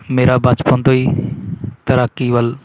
ਮੇਰਾ ਬਚਪਨ ਤੋਂ ਹੀ ਤੈਰਾਕੀ ਵੱਲ